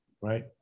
right